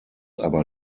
aber